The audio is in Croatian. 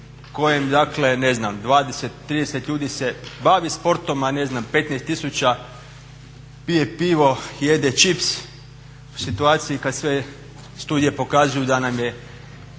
kojem ne znam 20, 30 ljudi se bavi sportom, a ne znam 15.000 pije pivo, jede čips u situaciji kada sve studije pokazuju da nam je